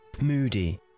moody